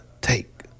take